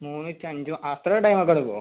മൂന്ന് ടു അഞ്ച് അത്ര ടൈം ഒക്കെ എടുക്കുമോ